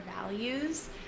values